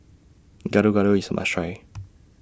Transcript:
Gado Gado IS A must Try